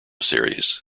series